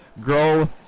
grow